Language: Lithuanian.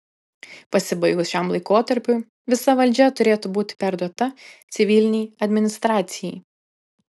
pasibaigus šiam laikotarpiui visa valdžia turėtų būti perduota civilinei administracijai